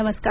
नमस्कार